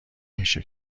میشه